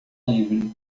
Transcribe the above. livre